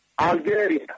Algeria